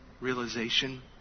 realization